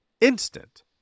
instant